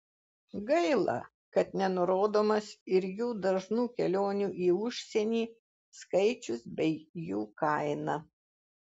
gaila kad nenurodomas ir jų dažnų kelionių į užsienį skaičius bei jų kaina